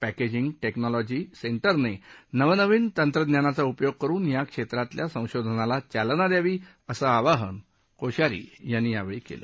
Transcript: packaging technology सेंदिने नवनवीन तंत्रज्ञानाचा उपयोग करुन या क्षेत्रातील संशोधनाला चालना द्यावी असं आवाहन कोश्यारी यांनी केलं